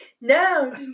No